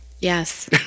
yes